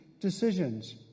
decisions